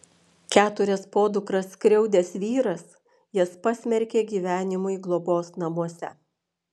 keturias podukras skriaudęs vyras jas pasmerkė gyvenimui globos namuose